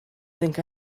think